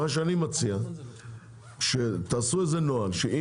אני מציע שתעשו איזה נוהל,